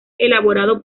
elaborado